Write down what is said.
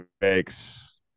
makes